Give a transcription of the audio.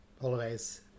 holidays